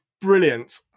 Brilliant